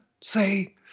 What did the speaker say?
say